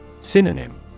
Synonym